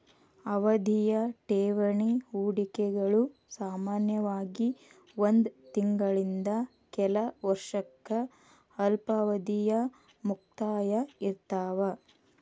ಅವಧಿಯ ಠೇವಣಿ ಹೂಡಿಕೆಗಳು ಸಾಮಾನ್ಯವಾಗಿ ಒಂದ್ ತಿಂಗಳಿಂದ ಕೆಲ ವರ್ಷಕ್ಕ ಅಲ್ಪಾವಧಿಯ ಮುಕ್ತಾಯ ಇರ್ತಾವ